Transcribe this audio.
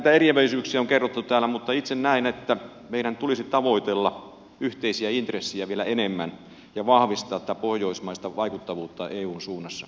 näitä eriäväisyyksiä on kerrottu täällä mutta itse näen että meidän tulisi tavoitella yhteisiä intressejä vielä enemmän ja vahvistaa tätä pohjoismaista vaikuttavuutta eun suunnassa